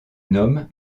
nomment